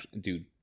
dude